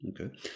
Okay